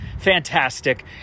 fantastic